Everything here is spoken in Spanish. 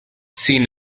sin